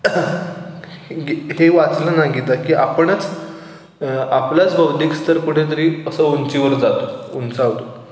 गी इथे वाचलं ना गीता की आपणच आपलंच बौद्धिक स्तर कुठेतरी असं उंचीवर जातो उंचावतो